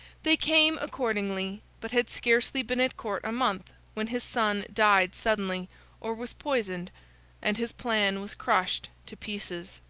they came, accordingly, but had scarcely been at court a month when his son died suddenly or was poisoned and his plan was crushed to pieces.